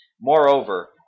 Moreover